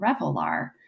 Revelar